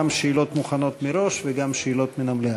גם שאלות מוכנות מראש וגם שאלות מן המליאה.